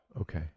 Okay